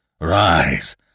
rise